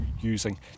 using